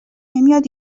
نمیاد